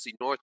North